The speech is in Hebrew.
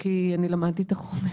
--- כי למדתי את החומר.